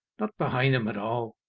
not behind them at all,